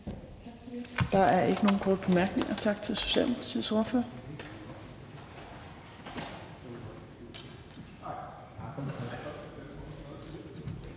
Der er ikke nogen korte bemærkninger. Tak til Socialdemokratiets ordfører.